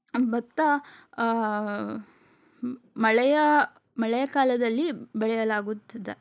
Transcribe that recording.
ಭತ್ತ ಮಳೆಯ ಮಳೆಯ ಕಾಲದಲ್ಲಿ ಬೆಳೆಯಲಾಗುತ್ತದೆ